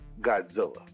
Godzilla